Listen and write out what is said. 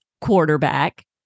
quarterback